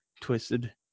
Twisted